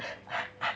ha ha ha